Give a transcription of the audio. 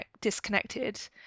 disconnected